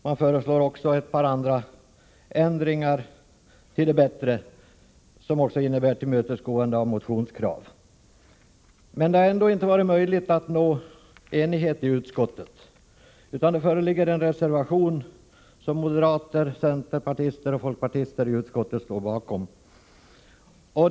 Man föreslår också ett par andra ändringar till det bättre, som innebär tillmötesgående av motionskrav. Det har ändå inte varit möjligt att nå enighet i utskottet. Det föreligger en reservation som moderater, centerpartister och folkpartister i utskottet står bakom.